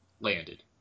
Landed